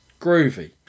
Groovy